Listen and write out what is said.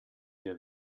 der